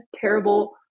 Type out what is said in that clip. terrible